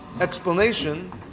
explanation